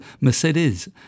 Mercedes